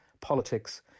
politics